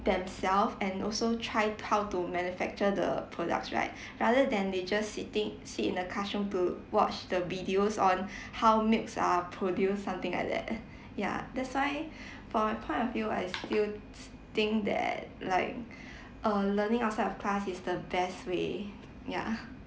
themselves and also try how to manufacture the products right rather than they just sitting sit in the classroom to watch the videos on how milks are produced something like that ya that's why for my point of view I still th~ think that like uh learning outside of class is the best way yeah